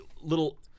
little